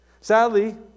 Sadly